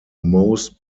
most